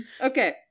Okay